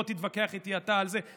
בוא תתווכח איתי אתה על זה.